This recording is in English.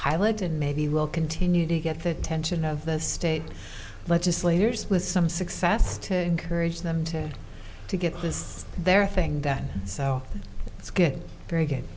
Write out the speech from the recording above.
pilot and maybe we'll continue to get the attention of the state legislators with some success to encourage them to to get this their thing then so let's get very good